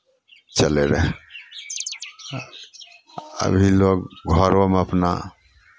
चलैत रहै अभी लोक घरोमे अपना